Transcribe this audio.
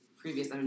previous